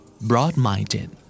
Broad-minded